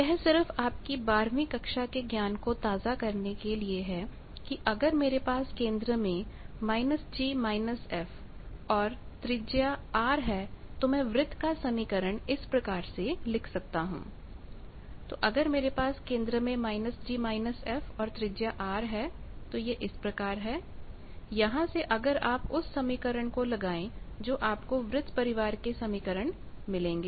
यह सिर्फ आपकी 12वीं कक्षा के ज्ञान को ताज़ा करने के लिए है कि अगर मेरे पास केंद्र में g f और त्रिज्या r है तो मैं वृत्त का समीकरण इस प्रकार से लिख सकता हूं अगर मेरे पास केंद्र में g f और त्रिज्या r है जहां यहां से अगर आप उस समीकरण को लगाएं तो आपको वृत्त परिवार के समीकरण मिलेंगे